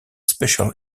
special